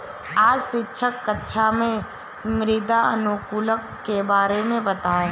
आज शिक्षक कक्षा में मृदा अनुकूलक के बारे में बताएं